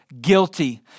guilty